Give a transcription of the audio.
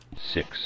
Six